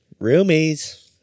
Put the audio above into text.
Roomies